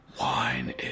Wine